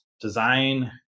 design